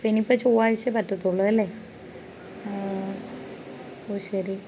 അപ്പം ഇനി ഇപ്പോൾ ചൊവ്വാഴ്ച്ച പറ്റത്തുള്ളൂ അല്ലേ ഓ ഒ ശരി